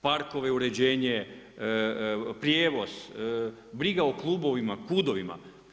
Parkove, uređenje, prijevoz, briga o klubovima, KUD-ovima.